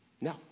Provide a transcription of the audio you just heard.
No